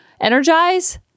energize